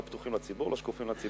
לא פתוחים לציבור, לא שקופים לציבור?